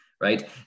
right